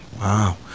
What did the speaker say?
Wow